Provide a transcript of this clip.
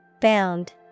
Bound